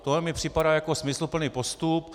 Tohle mi připadá jako smysluplný postup.